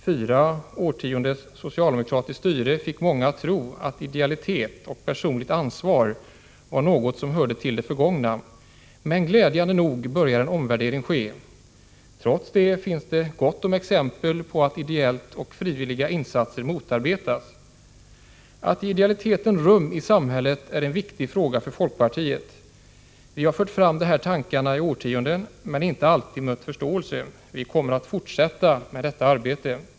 Fyra årtionden socialdemokratiskt styre fick många att tro att ideal och personligt ansvar var något som hörde till det förgångna. Men glädjande nog började en omvärdering ske. Trots detta finns det gott om exempel på att ideella och frivilliga insatser motarbetas. Att ge idealiteten rum i samhället är en viktig fråga för folkpartiet. Partiet har fört fram de här tankarna i årtionden, men inte alltid mött förståelse. Vi kommer att fortsätta detta arbete.